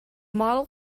model